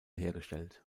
hergestellt